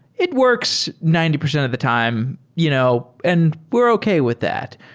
it works ninety percent of the time, you know and we're okay with that.